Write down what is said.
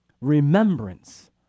Remembrance